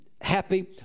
happy